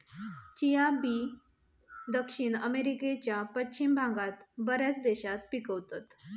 chia बी दक्षिण अमेरिकेच्या पश्चिम भागात बऱ्याच देशात पिकवतत